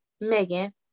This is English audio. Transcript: megan